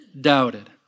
doubted